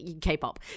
K-pop